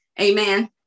amen